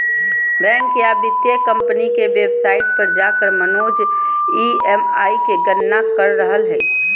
bank या वित्तीय company के वेबसाइट पर जाकर मनोज ई.एम.आई के गणना कर रहलय हल